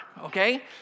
okay